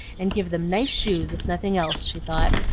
and give them nice shoes, if nothing else, she thought,